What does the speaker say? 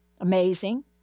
amazing